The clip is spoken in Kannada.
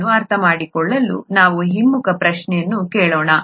ಅದನ್ನು ಅರ್ಥಮಾಡಿಕೊಳ್ಳಲು ನಾವು ಹಿಮ್ಮುಖ ಪ್ರಶ್ನೆಯನ್ನು ಕೇಳೋಣ